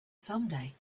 someday